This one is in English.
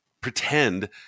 pretend